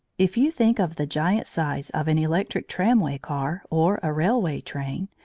if you think of the giant size of an electric tramway car or a railway train,